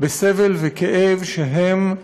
בסבל וכאב שהם מיותרים.